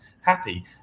happy